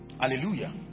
Hallelujah